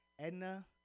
Edna